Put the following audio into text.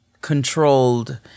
controlled